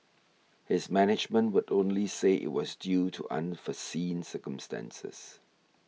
his management would only say it was due to unforeseen circumstances